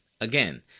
Again